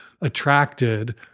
attracted